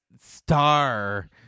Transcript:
star